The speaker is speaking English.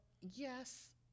yes